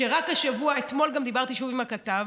רק השבוע, אתמול גם דיברתי שוב עם הכתב,